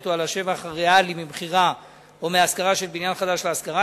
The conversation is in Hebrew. או על השבח הריאלי ממכירה או מהשכרה של בניין חדש להשכרה.